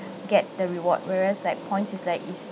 get the reward whereas like points is like it's